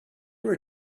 were